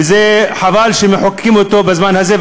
וחבל שמחוקקים אותו בזמן הזה,